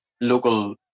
local